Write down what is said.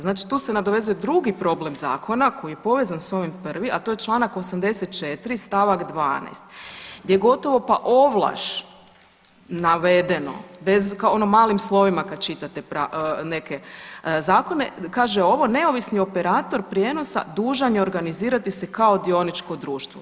Znači tu se nadovezuje drugi problem zakona koji je povezan s ovim prvim, a to je čl. 84. st. 12. gdje je gotovo pa ovlaš navedeno bez, ono malim slovima kad čitate neke zakone, kaže ovo neovisni operator prijenosa dužan je organizirati se kao dioničko društvo.